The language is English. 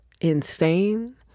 insane